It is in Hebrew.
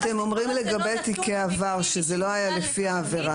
אתם אומרים לגבי תיקי עבר שזה לא היה לפי העבירה.